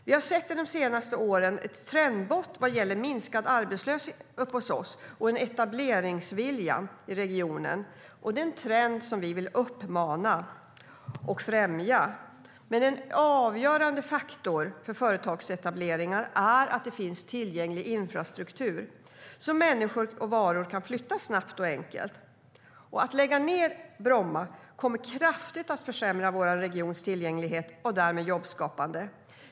Vi har under de senaste åren sett ett trendbrott vad gäller minskad arbetslöshet uppe hos oss och en etableringsvilja i regionen. Det är en trend som vi vill uppmuntra och främja. Men en avgörande faktor för företagsetableringar är att det finns tillgänglig infrastruktur, så att människor och varor kan flytta snabbt och enkelt. Att lägga ned Bromma kommer att kraftigt försämra vår regions tillgänglighet och därmed jobbskapande.